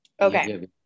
Okay